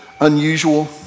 unusual